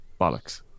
bollocks